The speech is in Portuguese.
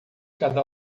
cada